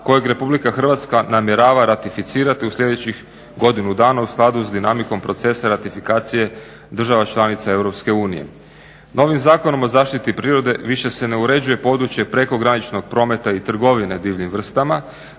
kojeg RH namjerava ratificirati u sljedećih godinu dana u skladu s dinamikom procesa ratifikacije država članica EU. Novim Zakonom o zaštiti prirode više se ne uređuje područje prekograničnog prometa i trgovine divljim vrstama